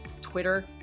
Twitter